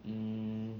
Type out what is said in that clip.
mm